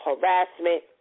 harassment